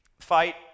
fight